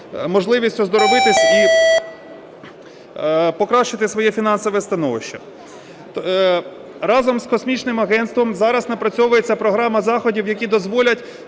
можливість оздоровитись і покращити своє фінансове становище. Разом з космічним агентством зараз напрацьовується програма заходів, які дозволять